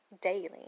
daily